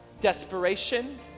desperation